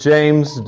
James